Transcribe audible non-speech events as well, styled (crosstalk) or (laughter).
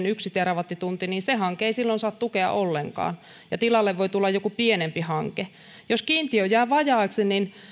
(unintelligible) yksi terawattitunti niin se hanke ei silloin saa tukea ollenkaan ja tilalle voi tulla joku pienempi hanke jos kiintiö jää vajaaksi niin